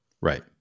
Right